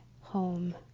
home